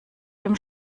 dem